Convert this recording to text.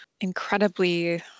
incredibly